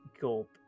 gulp